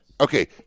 Okay